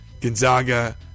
Gonzaga